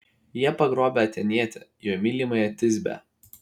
jie pagrobę atėnietę jo mylimąją tisbę